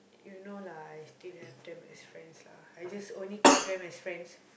you know lah I still have them as friends lah I just only kept them as friends